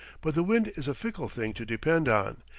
but the wind is a fickle thing to depend on,